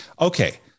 Okay